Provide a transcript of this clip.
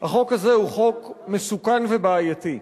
החוק הזה הוא חוק מסוכן ובעייתי,